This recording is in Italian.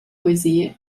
poesie